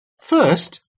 First